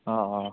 অঁ অঁ